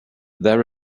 their